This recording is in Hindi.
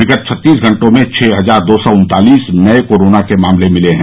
विगत छत्तीस घंटों में छह हजार दो सौ उन्तालीस नये कोरोना के मामले मिले हैं